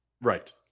Right